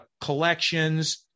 collections